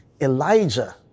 Elijah